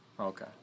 Okay